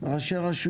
עד שיעלו